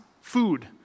food